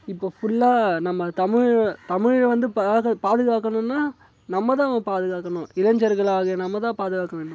இப்போ ஃபுல்லாக நம்ம தமிழ் தமிழ்ல வந்து பாது பாதுகாக்கணுன்னா நம்மதான் பாதுகாக்கணும் இளைஞர்களாகிய நம்மதான் பாதுகாக்க வேண்டும்